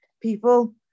people